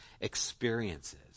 experiences